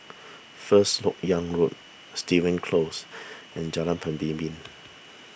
First Lok Yang Road Stevens Close and Jalan Pemimpin